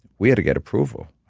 we had to get approval,